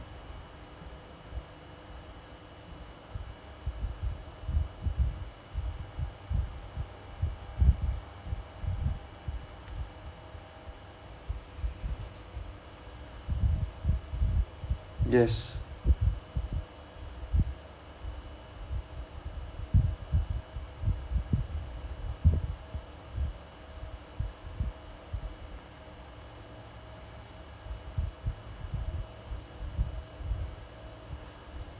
yes